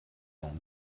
dans